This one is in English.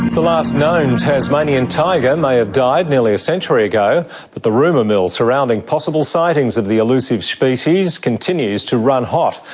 the last known tasmanian tiger may have died nearly a century ago but the rumour mill surrounding possible sightings of the elusive species continues to run hot.